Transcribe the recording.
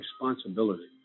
responsibility